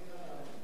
היום יום שלישי,